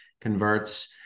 converts